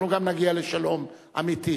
אנחנו גם נגיע לשלום אמיתי.